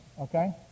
Okay